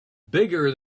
bigger